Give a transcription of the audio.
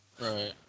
Right